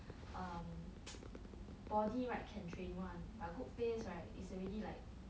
body right can train one but good face right is already like